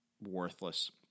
worthless